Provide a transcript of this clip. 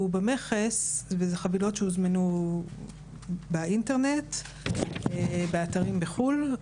במכס וזה חבילות שהוזמנו באינטרנט באתרים בחו"ל.